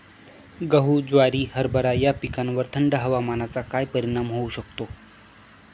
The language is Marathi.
गहू, ज्वारी, हरभरा या पिकांवर थंड हवामानाचा काय परिणाम होऊ शकतो?